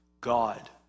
God